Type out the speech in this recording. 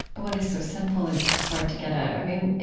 what is so simple is hard to get at. i mean,